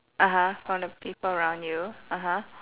(uh huh) from the people around you (uh huh)